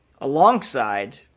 alongside